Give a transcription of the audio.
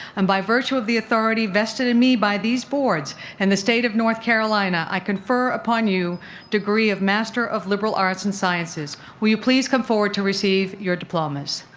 and by virtue of the authority vested in me by these boards and the state of north carolina, i confer upon you the degree of master of liberal arts and sciences. will you please come forward to receive your diplomas?